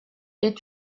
est